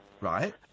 Right